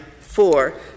four